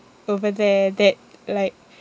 over there that like